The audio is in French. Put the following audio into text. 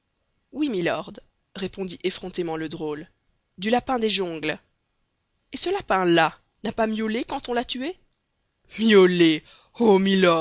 oui mylord répondit effrontément le drôle du lapin des jungles et ce lapin là n'a pas miaulé quand on l'a tué miaulé oh